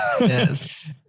Yes